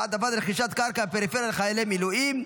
העדפת רכישת קרקע בפריפריה לחיילי מילואים),